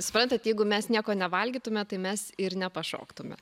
suprantat jeigu mes nieko nevalgytume tai mes ir nepašoktume